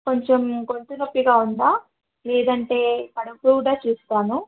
కొంచెం గొంతు నొప్పిగా ఉందా లేదంటే కడుపు కూడా చూస్తాను